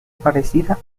parecida